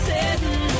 Sitting